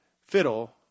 fiddle